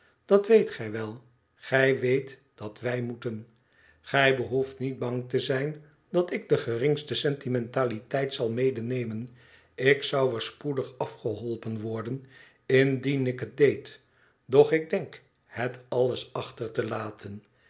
dat weet gij wel gij weet dat wij moeten gij behoeft niet bang te zijn dat ik de geringste sentimentaliteit zal medenemen ik zou er spoedig afgeholpen worden indien ik het deed doch ik denk het alles achter te laten